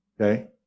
Okay